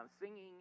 singing